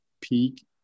peak